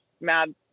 mad